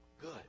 good